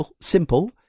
simple